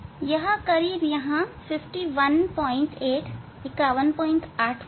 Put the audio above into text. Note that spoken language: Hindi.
यह करीब यहां 518 पर है